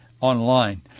online